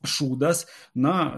šūdas na